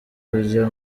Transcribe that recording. kujya